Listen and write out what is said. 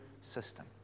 system